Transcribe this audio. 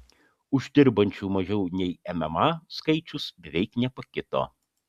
uždirbančių mažiau nei mma skaičius beveik nepakito